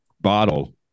bottle